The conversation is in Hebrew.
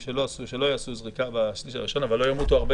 שלא יעשו חיסון בשליש הראשון אבל לא ימותו הרבה